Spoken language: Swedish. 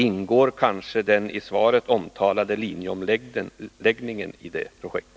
Ingår kanske den i svaret omtalade linjeomläggningen i det projektet?